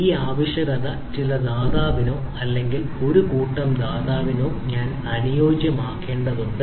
ഈ ആവശ്യകത ചില ദാതാവിനോ അല്ലെങ്കിൽ ഒരു കൂട്ടം ദാതാവിനോ ഞാൻ അനുയോജ്യമാക്കേണ്ടതുണ്ട്